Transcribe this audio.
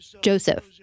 Joseph